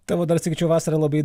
tavo dar sakyčiau vasara labai